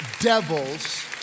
devils